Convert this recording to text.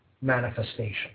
manifestation